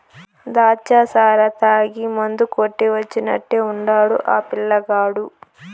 దాచ్చా సారా తాగి మందు కొట్టి వచ్చినట్టే ఉండాడు ఆ పిల్లగాడు